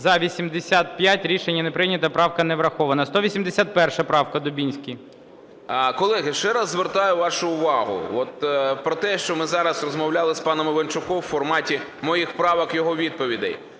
За-85 Рішення не прийнято. Правка не врахована. 181 правка. Дубінський. 11:33:12 ДУБІНСЬКИЙ О.А. Колеги, ще раз звертаю вашу увагу про те, що ми зараз розмовляли з паном Іванчуком в форматі моїх правок – його відповідей.